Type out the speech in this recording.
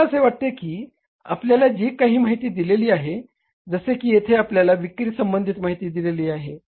मला असे वाटते की आपल्याला जी काही माहिती दिलेली आहे जसे की येथे आपल्याला विक्री संबंधीत माहिती दिलेली आहे